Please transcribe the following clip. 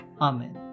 amen